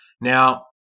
now